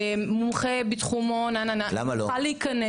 מומחה בתחומו וכו' יוכל להיכנס לרשימה.